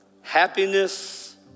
happiness